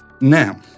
Now